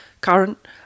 current